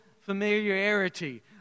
familiarity